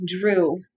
Drew